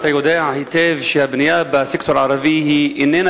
אתה יודע היטב שהבנייה בסקטור הערבי איננה